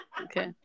Okay